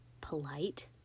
polite